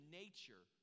nature